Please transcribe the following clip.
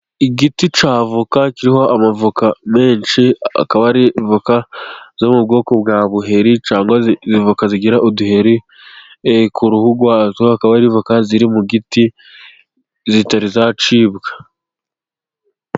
Igiti cya avoka kiriho amavoka menshi akaba ari voka zo mu bwoko bwa buheri, cyangwa voka zigira uduheri ku ruhu rwazo akaba ari voka ziri mu giti zitari zacibwa.